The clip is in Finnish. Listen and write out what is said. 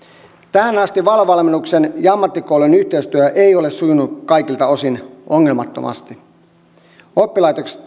tähän asti valo valmennuksen ja ammattikoulujen yhteistyö ei ole sujunut kaikilta osin ongelmattomasti oppilaitokset